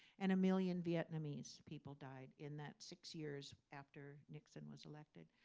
and a million vietnamese people died in that six years after nixon was elected.